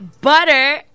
Butter